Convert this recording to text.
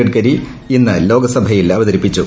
ഗഡ്കരി ഇന്ന് ലോക്സ്ട്യിൽ അവതരിപ്പിച്ചു